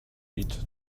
eat